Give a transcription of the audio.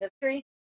history